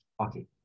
Okay